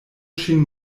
ŝin